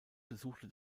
besuchte